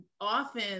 often